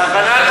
אין בעיה,